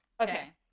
Okay